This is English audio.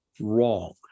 wrong